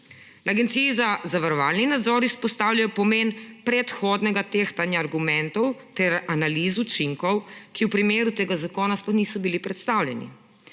Agenciji za zavarovalni nadzor izpostavljajo pomen predhodnega tehtanja argumentov ter analiz učinkov, ki v primeru tega zakona sploh niso bili predstavljeni.